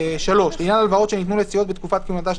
(3)לעניין הלוואות שניתנו לסיעות בתקופת כהונתה של